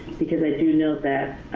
because i do know that